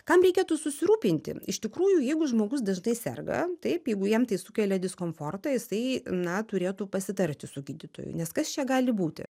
kam reikėtų susirūpinti iš tikrųjų jeigu žmogus dažnai serga taip jeigu jam tai sukelia diskomfortą jisai na turėtų pasitarti su gydytoju nes kas čia gali būti